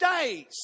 days